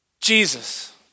Jesus